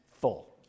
full